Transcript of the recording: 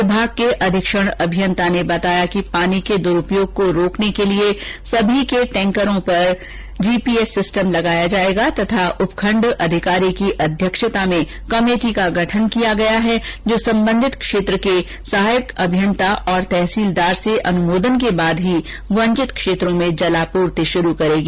विभाग के अधीक्षण अभियंता ने बताया कि पानी के द्रूपयोग को रोकने के लिए सभी के टैंकरों पर जीपीएस सिस्टम लगाया जाएगा तथा उपखंड अधिकारी की अध्यक्षता में कमेटी का गठन किया गया है जो संबंधित क्षेत्र के सहायक अभियंता और तहसीलदार से अनुमोदन के बाद ही वंचित क्षेत्रों में जलापूर्ति शुरू करेगी